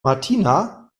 martina